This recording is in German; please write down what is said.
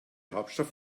hauptstadt